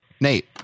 Nate